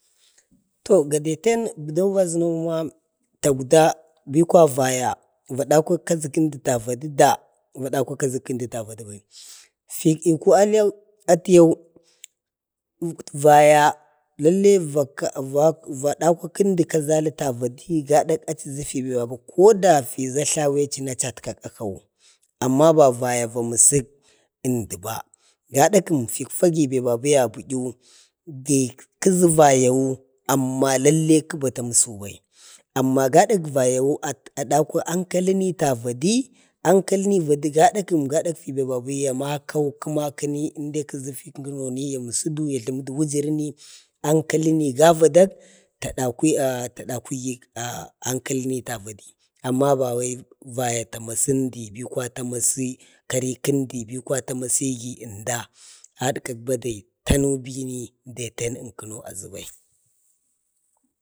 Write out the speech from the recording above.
to ga daten əmdau va zəna ma takwda bi kwaya vaya va dawha kazi kəmdi da vadi da va dawha kazi əmdi da vadi bai. fiiku aliyau atəyau, vaya lallai va dawha kazi kəndi da vadi gada achi zafibi, koda biba tlawechina achi atka a kau. amma vaya va masək əndəba, gada kəm fik fa gi babu ya buyu, kəzə vayawu amma lallai kə bata musubai, amma gadak vayawu adauha ankaləni ta vadi ankali vali vadi gada kəm gada fi babu ya makau, kəmakəni indai kəza fidunoni ya musudu ya jlumu wujurani. ankaləni ga vada, ta dawhigi ankalini ta vadi, amma bawai vaya ta masi əmdi bi kwaya ta masi kari kəndi, bi kwaya ta maigi ənda. a dəkak badi tanu bini daten ənko azubai.